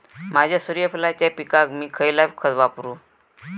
माझ्या सूर्यफुलाच्या पिकाक मी खयला खत वापरू?